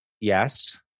yes